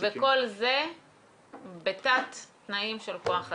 כל זה בתת תנאים של כוח אדם.